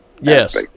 yes